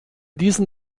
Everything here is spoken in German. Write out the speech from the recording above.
diesen